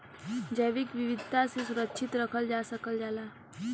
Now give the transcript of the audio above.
जैविक विविधता के सुरक्षित रखल जा सकल जाला